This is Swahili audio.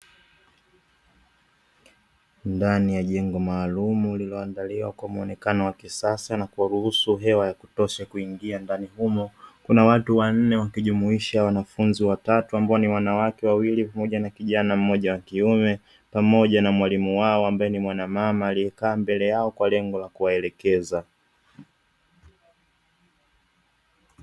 Ndani ya jengo maalumu lililoandaliwa kwa muonekano wa kisasa na kuruhusu hewa ya kutosha kuingia ndani humo, kuna watu wanne wakijumuisha wanafunzi watatu, ambao ni wanawake wawili pamoja na kijana mmoja wa kiume, pamoja na mwalimu wao ambaye ni mwana mama aliyekaa mbele yao kwa lengo la kuwaelekeza.